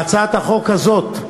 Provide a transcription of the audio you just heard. בהצעת החוק הזאת,